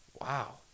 Wow